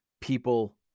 people